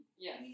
Yes